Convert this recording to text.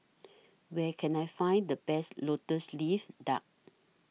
Where Can I Find The Best Lotus Leaf Duck